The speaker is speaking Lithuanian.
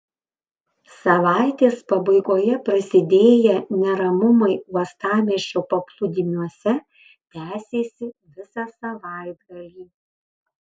savaitės pabaigoje prasidėję neramumai uostamiesčio paplūdimiuose tęsėsi visą savaitgalį